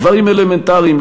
דברים אלמנטריים,